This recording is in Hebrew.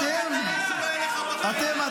אתם ------ אתם,